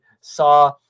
saw